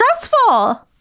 stressful